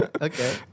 Okay